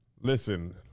Listen